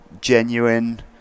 genuine